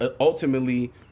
ultimately